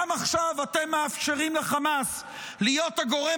גם עכשיו אתם מאפשרים לחמאס להיות הגורם